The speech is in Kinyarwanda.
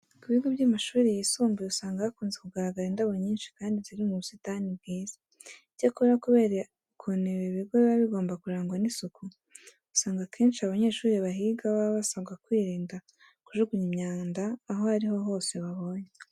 Ku bigo by'amashuri yisumbuye usanga hakunze kugaragara indabo nyinshi kandi ziri mu busitani bwiza. Icyakora kubera ukuntu ibi bigo biba bigomba kurangwa n'isuku, usanga akenshi abanyeshuri bahiga baba basabwa kwirinda kujugunya imyanda aho ari ho hose babonye.